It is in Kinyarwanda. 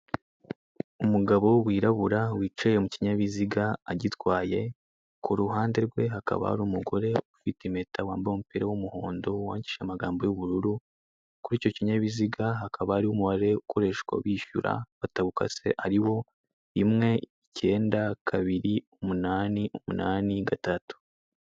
Umugabo wirabura wicaye mu kinyabiziga agitwaye, ku ruhande rwe hakaba hari umugore ufite impeta wambaye umupira w'umuhondo wandikishije amagambo y'ubururu, ku ricyo kinyabiziga hakaba hari umubare ukoreshwa wishyura batagukase, hariho rimwe icyenda kabiri umunani umunani gatatu.